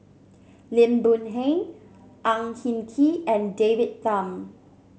Lim Boon Heng Ang Hin Kee and David Tham